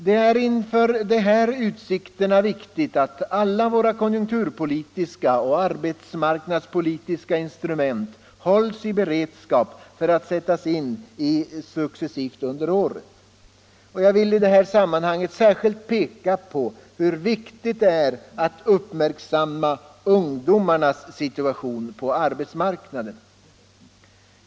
Det är inför de här utsikterna viktigt att alla våra konjunkturpolitiska och arbetsmarknadspolitiska instrument hålls i beredskap för att kunna sättas in successivt under året. Jag vill i detta sammanhang särskilt peka på hur viktigt det är att uppmärksamma ungdomarnas situation på arbetsmarknaden.